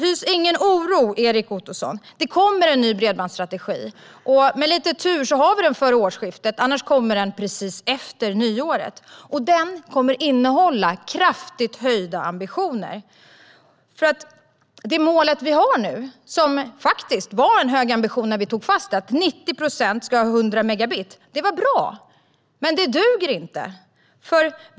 Hys ingen oro, Erik Ottoson. Det kommer en ny bredbandsstrategi. Med lite tur har vi den före årsskiftet. Annars kommer den precis efter nyåret. Den kommer att innehålla kraftigt höjda ambitioner. Det mål som finns nu, som var en hög ambition när målet fastslogs, att 90 procent av invånarna ska ha tillgång till 100 megabits uppkopplingshastighet, är bra, men det duger inte.